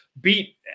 beat